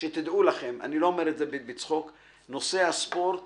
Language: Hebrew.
דעו לכם, אני לא אומר את זה בצחוק, נושא הספורט